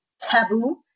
taboo